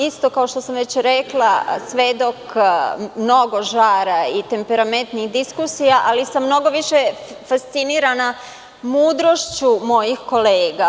Isto kao što sam već rekla, svedok sam mnogo žara i temperamentnih diskusija, ali sam mnogo više fascinirana mudrošću mojih kolega.